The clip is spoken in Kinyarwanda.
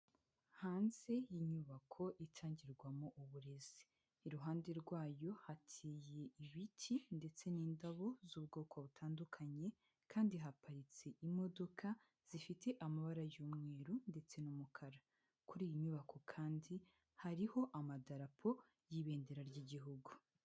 Hanze y'inyubako itangirwamo uburezi, iruhande rwayo hateye ibiti ndetse n'indabo z'ubwoko butandukanye kandi haparitse imodoka zifite amabara y'umweru ndetse n'umukara, kuri iyi nyubako kandi hariho amadarapo y'ibendera ry'igihugu.